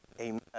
Amen